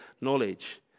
knowledge